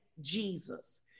Jesus